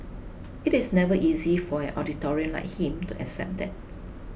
it's never easy for an authoritarian like him to accept that